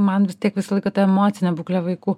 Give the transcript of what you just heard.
man vis tiek visą laiką ta emocinė būklė vaikų